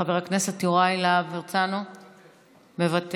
חבר הכנסת יוראי להב הרצנו, מוותר.